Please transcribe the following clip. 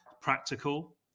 practical